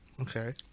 Okay